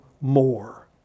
more